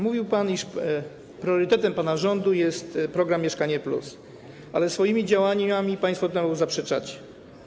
Mówił pan, iż priorytetem pana rządu jest program „Mieszkanie+”, ale swoimi działaniami państwo temu zaprzeczacie.